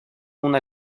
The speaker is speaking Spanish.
una